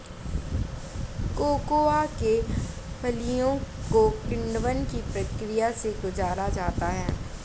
cocoa के फलियों को किण्वन की प्रक्रिया से गुजारा जाता है